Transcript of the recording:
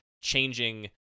changing